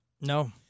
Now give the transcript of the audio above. No